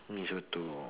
mee-soto